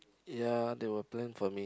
ya they will plan for me